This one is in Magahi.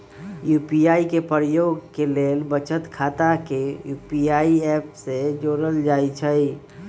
यू.पी.आई के प्रयोग के लेल बचत खता के यू.पी.आई ऐप से जोड़ल जाइ छइ